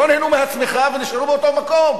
לא נהנו מהצמיחה ונשארו באותו מקום.